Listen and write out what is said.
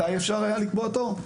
מתי אפשר היה לקבוע תור?